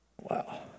Wow